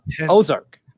Ozark